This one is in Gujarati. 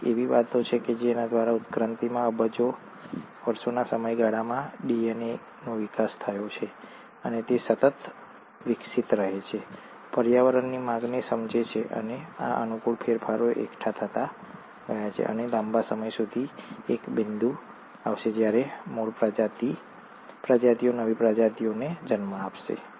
તેથી એવી રીતો છે કે જેના દ્વારા ઉત્ક્રાંતિમાં અબજો વર્ષોના સમયગાળામાં ડીએનએનો વિકાસ થયો છે અને તે સતત વિકસતો રહે છે પર્યાવરણની માંગને સમજે છે અને આ અનુકૂળ ફેરફારો એકઠા થતા ગયા છે અને લાંબા સમય સુધી એક બિંદુ આવશે જ્યારે મૂળ પ્રજાતિઓ નવી પ્રજાતિઓને જન્મ આપશે